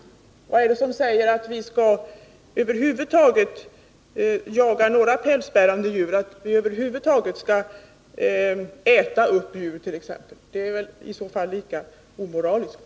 Vad är det som säger att vi över huvud taget skall jaga några pälsbärande djur, eller att vi över huvud taget skall äta kött från vilda djur? Det är väl i så fall lika omoraliskt.